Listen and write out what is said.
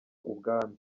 ubwami